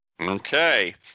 Okay